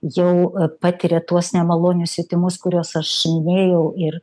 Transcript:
jau patiria tuos nemalonius jutimus kuriuos aš minėjau ir